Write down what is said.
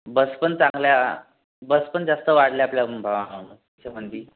हम्म बस पण चांगल्या बस पण जास्त वाढल्या आपल्या भागामध्ये